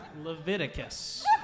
Leviticus